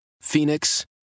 Phoenix